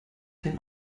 den